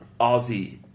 Aussie